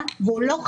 גם של